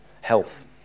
health